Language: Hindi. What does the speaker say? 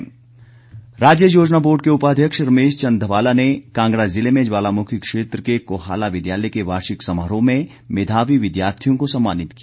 पुरस्कार राज्य योजना बोर्ड के उपाध्यक्ष रमेश चंद ध्वाला ने कांगड़ा जिले में ज्वालामुखी क्षेत्र के कोहाला विद्यालय के वार्षिक समारोह में मेधावी विद्यार्थियों को सम्मानित किया